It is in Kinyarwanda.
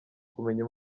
kumenya